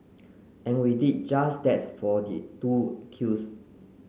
and we did just that for the two accused